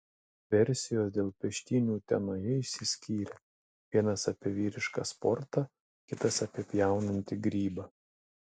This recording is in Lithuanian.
versijos dėl peštynių utenoje išsiskyrė vienas apie vyrišką sportą kitas apie pjaunantį grybą